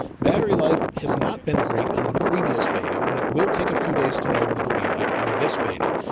battery life has not been great on the previous beta, but it will take a few days to know what it will be like on this beta,